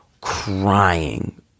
crying